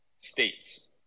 states